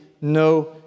no